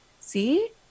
see